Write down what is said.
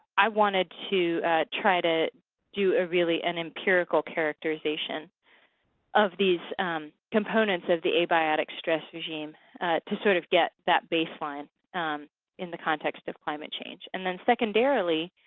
i wanted to try to do a really an empirical characterization of these components of the abiotic stress regime to sort of get that baseline in the context of climate change. and then, secondarily,